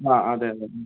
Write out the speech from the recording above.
ആ അതെ അതെ